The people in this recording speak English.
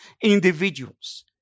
individuals